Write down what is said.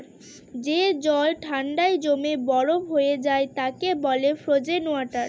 যে জল ঠান্ডায় জমে বরফ হয়ে যায় তাকে বলে ফ্রোজেন ওয়াটার